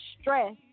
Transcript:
stress